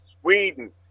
Sweden